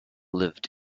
lived